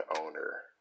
owner